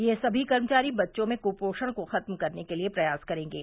ये सभी कर्मचारी बच्चों में क्पोषण को खत्म करने के लिए प्रयास करेंगे